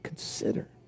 Consider